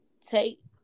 take